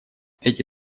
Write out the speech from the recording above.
эти